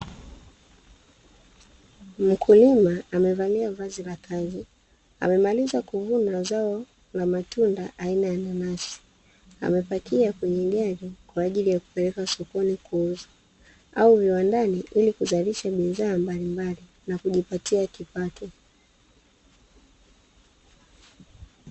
Mkulima amevalia vazi la kazi amemaliza kuvuna zao la matunda aina ya manasi, amepakia kwenye gari kwa ajili ya kupeleka sokoni kuuza, au viwandani ili kuzalisha bidhaa mbalimbali na kujipatia kipato.